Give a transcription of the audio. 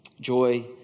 joy